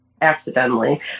accidentally